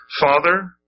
Father